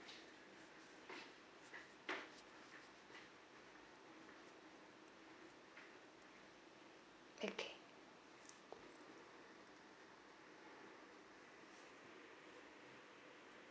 okay